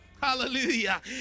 Hallelujah